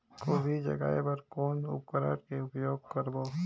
गोभी जगाय बर कौन उपकरण के उपयोग करबो?